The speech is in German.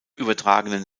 übertragenen